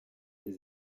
des